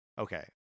Okay